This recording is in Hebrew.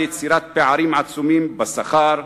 שמביאה לפערים עצומים בשכר,